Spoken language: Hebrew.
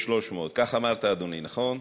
יש 300. כך אמרת, אדוני, נכון?